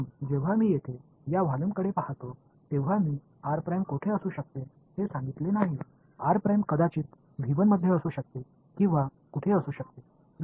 म्हणून जेव्हा मी येथे या व्हॉल्यूमकडे पहातो तेव्हा मी r कोठे असू शकते हे सांगितले नाही r' कदाचित मध्ये असू शकते किंवा कुठे असू शकते